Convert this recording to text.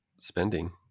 spending